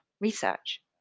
research